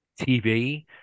TV